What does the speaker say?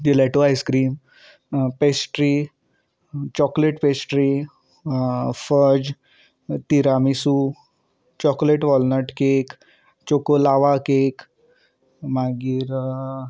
gelato ice cream pastry chocolate pastry fudge tiramisu chocolate walnut cake choco lava cake मागीर